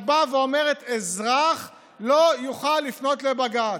את באה ואומרת: אזרח לא יוכל לפנות לבג"ץ.